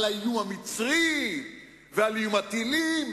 על האיום המצרי ועל איום הטילים,